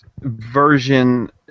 version